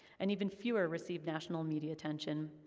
and even fewer received national media attention,